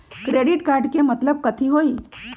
Credit card के मतलब कथी होई?